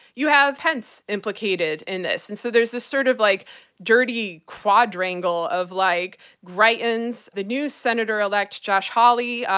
you have pence implicated in this. and so there's this sort of like dirty quadrangle of like greitens, the new senator-elect josh holly,